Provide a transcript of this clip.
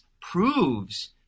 proves